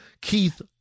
Keith